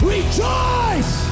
Rejoice